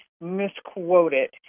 misquoted